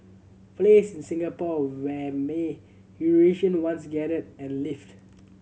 place in Singapore where may Eurasian once gathered and lived